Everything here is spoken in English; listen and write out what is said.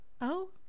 Oh